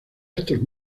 estos